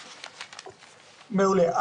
מעולה.